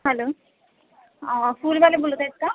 hello फुलवाले बोलत आहेत का